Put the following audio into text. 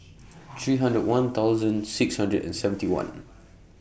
three hundred and one thousand six hundred and seventy one